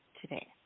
today